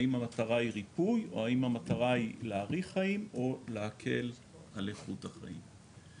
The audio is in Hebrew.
האם המטרה היא ריפוי או המטרה היא להאריך חיים או להקל על איכות החיים.